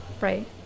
Right